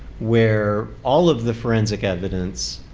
where all of the forensic evidence